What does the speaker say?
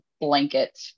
blanket